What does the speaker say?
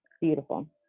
Beautiful